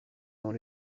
dans